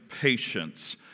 patience